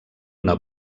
una